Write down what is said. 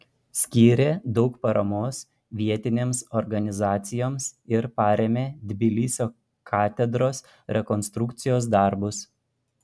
skyrė daug paramos vietinėms organizacijoms ir parėmė tbilisio katedros rekonstrukcijos darbus